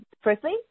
Firstly